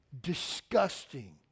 disgusting